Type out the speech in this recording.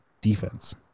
defense